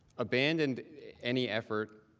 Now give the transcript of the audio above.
abandoned any effort